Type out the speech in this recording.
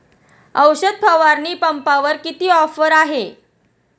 औषध फवारणी पंपावर किती ऑफर आहे?